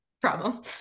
problem